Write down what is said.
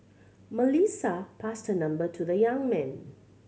Melissa passed her number to the young man